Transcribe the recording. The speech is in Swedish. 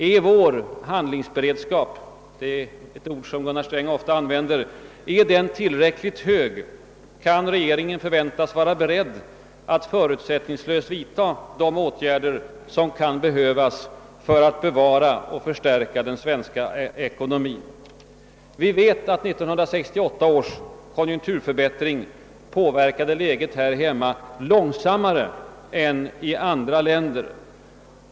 Är vår handlingsberedskap — ett ord som Gunnar Sträng ofta använder — tillräckligt hög? Kan regeringen förväntas vara beredd att förutsättningslöst vidta de åtgärder som kan behövas för att bevara och förstärka den svenska ekonomin? Vi vet att 1968 års konjunkturförbättring påverkade läget här hemma långsammare än i andra länder.